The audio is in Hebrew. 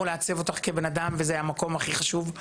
לעצב אותך כבן אדם וזה המקום הכי חשוב.